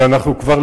ואנחנו כבר,